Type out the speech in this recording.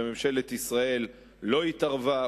וממשלת ישראל לא התערבה,